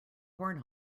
horn